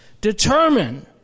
Determine